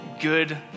good